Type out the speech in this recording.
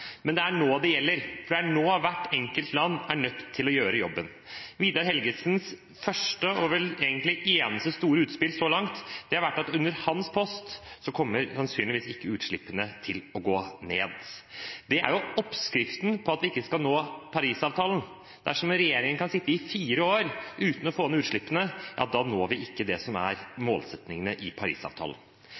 Men det er nå det gjelder, for det er nå hvert enkelt land er nødt til å gjøre jobben. Vidar Helgesens første – og vel egentlig eneste – store utspill så langt har vært at på hans post kommer sannsynligvis ikke utslippene til å gå ned. Det er oppskriften på at vi ikke skal nå Paris-avtalen. Dersom regjeringen kan sitte i fire år uten å få ned utslippene, ja, da når vi ikke det som er målsettingene i